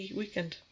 weekend